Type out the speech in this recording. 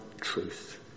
truth